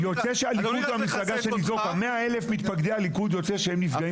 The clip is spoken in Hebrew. יוצא --- 100,000 מתפקדי הליכוד יוצא שהם נפגעים פה.